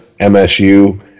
MSU